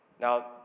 Now